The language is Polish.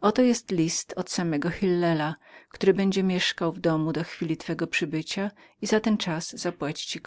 oto jest list od samego hillela który będzie mieszkał w domu do chwili twego przybycia i za ten czas zapłaci